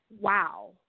wow